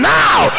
now